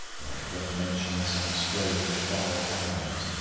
like one mentioning some strange, far-off animals,